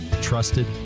trusted